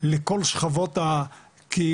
לכל שכבות הקהילה,